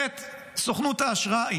אומרת סוכנות האשראי